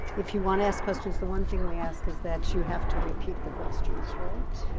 if you want to ask questions, the one thing we ask is that you have to repeat the questions right?